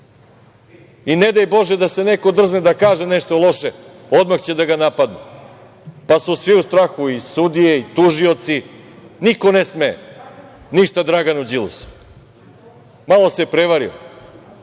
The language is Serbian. i ne daj Bože da se neko drzne da kaže nešto loše, odmah će da ga napadnu pa su svi u strahu i sudije i tužioci. Niko ne sme ništa Draganu Đilasu. Malo se prevario.